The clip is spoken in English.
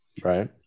Right